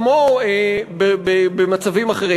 כמו במצבים אחרים,